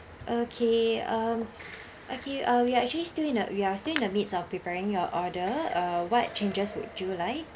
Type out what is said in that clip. okay um okay uh we actually still in uh we are still in the midst of preparing your order uh what changes would you like